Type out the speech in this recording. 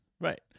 Right